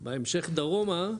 בהמשך דרומה,